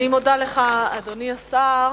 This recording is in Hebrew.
אני מודה לך, אדוני השר,